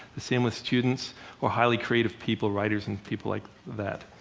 the same with students or highly creative people, writers and people like that.